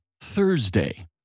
Thursday